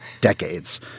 decades